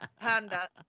Panda